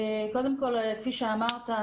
קודם כל כפי שאמרת,